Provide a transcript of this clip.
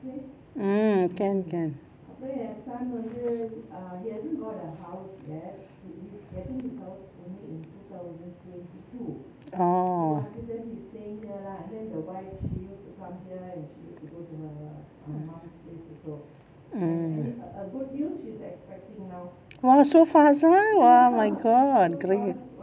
mm can can orh !wah! so fast ah !wah! my god